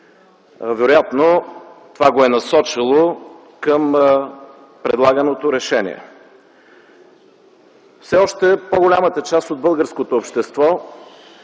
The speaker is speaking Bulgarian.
Вероятно това го е насочило към предлаганото решение. Все още по-голямата част от българското общество